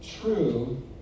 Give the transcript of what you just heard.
true